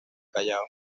callao